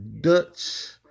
Dutch